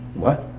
what?